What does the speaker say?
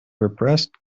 repressed